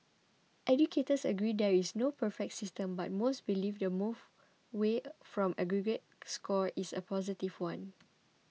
educators agree there is no perfect system but most believe the move away from aggregate scores is a positive one